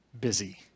busy